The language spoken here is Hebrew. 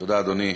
תודה, אדוני.